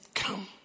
come